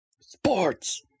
Sports